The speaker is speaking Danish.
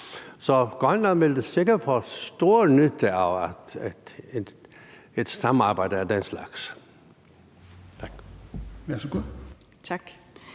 Så Grønland ville sikkert få stor nytte af et samarbejde af den slags. Tak. Kl.